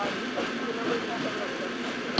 um we will see the numbers in criminal justice